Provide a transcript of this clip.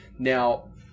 Now